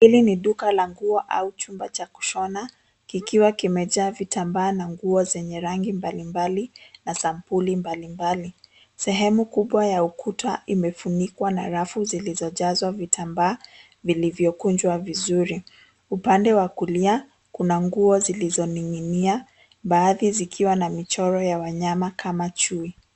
Hili ni duka la nguo au chumba cha kushona, kikiwa kimejaa vitambaa na nguo zenye rangi mbalimbali na sampuli mbali mbali. Sehemu kubwa ya ukuta imefunikwa na rafu zilizojazwa vitambaa ,vilivyokunjwa vizuri. Upande wa kulia, kuna nguo zilizoninginia, baadhi zikiwa na michoro ya wanyama kama chui.